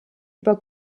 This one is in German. über